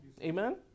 Amen